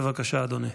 בבקשה, אדוני.